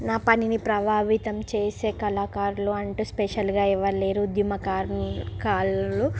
నా పనిని ప్రభావితం చేసే కళాకారులు అంటే స్పెషల్గా ఎవ్వరులేరు ఉద్యమకారుని కారులు